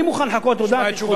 אני מוכן לחכות חודשיים.